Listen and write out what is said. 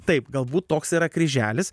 taip galbūt toks yra kryželis